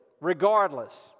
regardless